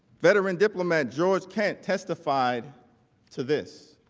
veteran diplomat george can't testified to this.